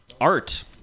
Art